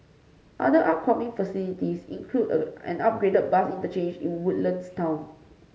other upcoming facilities include an upgraded bus interchange in Woodlands town